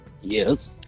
Yes